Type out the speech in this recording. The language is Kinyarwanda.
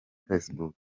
facebook